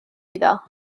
iddo